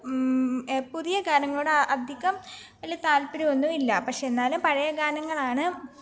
പുതിയ ഗാനങ്ങളോട് അധികം വലിയ താല്പര്യമൊന്നുമില്ല പക്ഷെ എന്നാലും പഴയ ഗാനങ്ങളാണ്